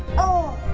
oh.